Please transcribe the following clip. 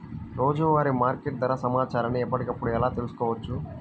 రోజువారీ మార్కెట్ ధర సమాచారాన్ని ఎప్పటికప్పుడు ఎలా తెలుసుకోవచ్చు?